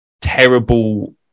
terrible